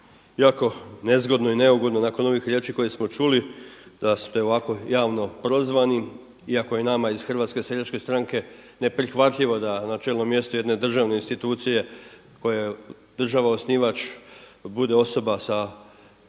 jako nezgodno i neugodno nakon ovih riječi koje smo čuli da ste ovako javno prozvani, iako je nama iz HSS-a neprihvatljivo da na čelno mjesto jedne državne institucije kojoj je država osnivač bude osoba sa